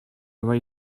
very